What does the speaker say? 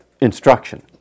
instruction